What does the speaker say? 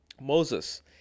Moses